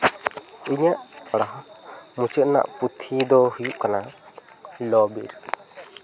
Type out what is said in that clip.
ᱤᱧᱟᱹᱜ ᱯᱟᱲᱦᱟᱣ ᱢᱩᱪᱟᱹᱫ ᱨᱮᱱᱟᱜ ᱯᱩᱛᱷᱤ ᱫᱚ ᱦᱩᱭᱩᱜ ᱠᱟᱱᱟ ᱞᱚᱼᱵᱤᱨ